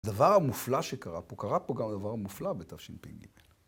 הדבר המופלא שקרה פה, קרה פה גם דבר מופלא בתש"ג